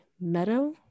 meadow